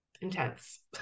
intense